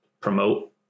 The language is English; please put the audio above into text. promote